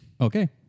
Okay